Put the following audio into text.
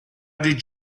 did